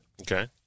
Okay